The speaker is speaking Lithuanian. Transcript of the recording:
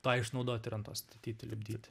tą išnaudoti ir ant to statyti lipdyti